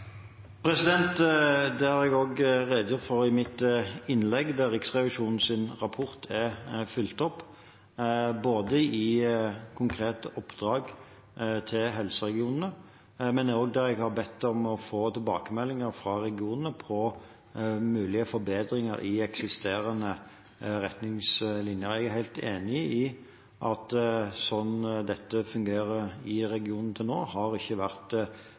Det har jeg redegjort for i mitt innlegg. Riksrevisjonens rapport er fulgt opp, både i konkrete oppdrag til helseregionene og der jeg har bedt om å få tilbakemelding fra regionene om mulige forbedringer i eksisterende retningslinjer. Jeg er helt enig i at det slik dette har fungert i regionene til nå, ikke har